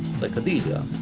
psychedelia,